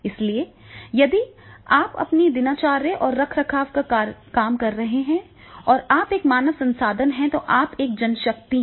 इसलिए यदि आप अपनी दिनचर्या और रखरखाव का काम कर रहे हैं या आप एक मानव संसाधन हैं तो आप एक जनशक्ति हैं